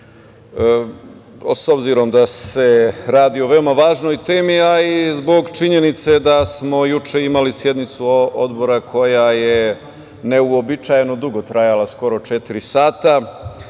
s obzirom da se radi o veoma važnoj temi, a i zbog činjenice da smo juče imali sednicu odbora koja je neuobičajeno dugo trajala, skoro četiri sata.